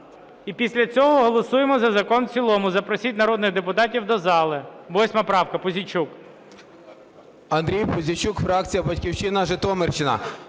І після цього голосуємо за закон в цілому. Запросіть народних депутатів до зали.